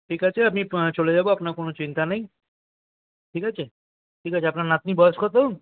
ঠিক আছে আপনি চলে যাবো আপনার কোনও চিন্তা নেই ঠিক আছে ঠিক আছে আপনার নাতনির বয়স কত